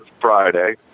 Friday